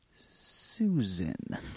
Susan